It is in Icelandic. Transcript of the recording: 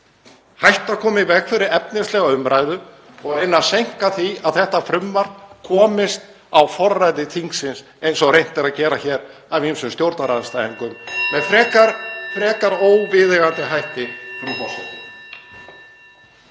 hætt að koma í veg fyrir efnislega umræðu og reyna að seinka því að þetta frumvarp komist á forræði þingsins, eins og reynt er að gera hér af ýmsum stjórnarandstæðingum með frekar óviðeigandi hætti, frú forseti.